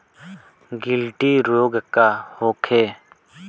गिल्टी रोग का होखे?